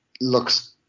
looks